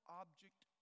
object